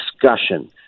discussion